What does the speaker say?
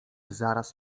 zaraz